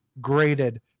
graded